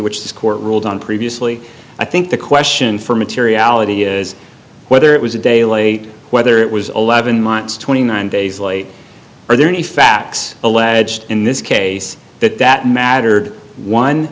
which the court ruled on previously i think the question for materiality is whether it was a day late whether it was eleven months twenty nine days late are there any facts alleged in this case that that mattered one